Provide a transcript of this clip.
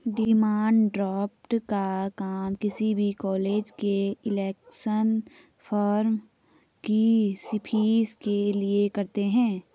demand draft का काम किसी भी कॉलेज के एप्लीकेशन फॉर्म की फीस के लिए करते है